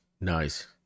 Nice